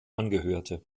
angehörte